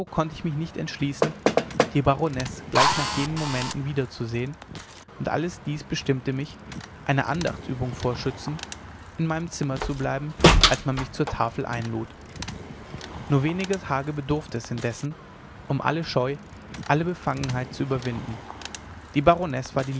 konnte ich mich nicht entschließen die baronesse gleich nach jenen momenten wiederzusehen und alles dieses bestimmte mich eine andachtsübung vorschützend in meinem zimmer zu bleiben als man mich zur tafel einlud nur weniger tage bedurfte es indessen um alle scheu alle befangenheit zu überwinden die baronesse war